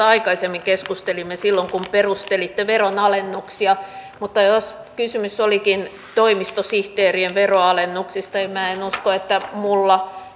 aikaisemmin keskustelimme silloin kun perustelitte veronalennuksia mutta jos kysymys olikin toimistosihteerien veroalennuksista niin en usko että minulla